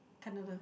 Canada